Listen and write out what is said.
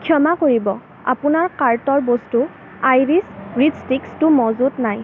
ক্ষমা কৰিব আপোনাৰ কাৰ্টৰ বস্তু আইৰিছ ৰিড ষ্টিকটো মজুত নাই